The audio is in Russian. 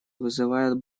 вызывает